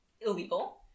illegal